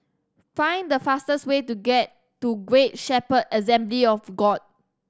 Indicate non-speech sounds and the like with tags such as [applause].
find the fastest way to [unintelligible] to Great Shepherd Assembly of God